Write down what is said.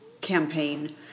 campaign